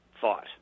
thought